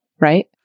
right